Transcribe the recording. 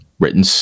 Written